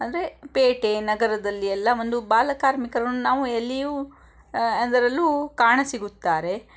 ಅಂದರೆ ಪೇಟೆ ನಗರದಲ್ಲಿ ಎಲ್ಲ ಒಂದು ಬಾಲಕಾರ್ಮಿಕರನ್ನು ನಾವು ಎಲ್ಲಿಯೂ ಅದರಲ್ಲೂ ಕಾಣಸಿಗುತ್ತಾರೆ